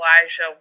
elijah